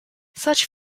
such